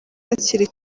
hakiri